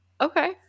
okay